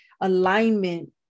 Alignment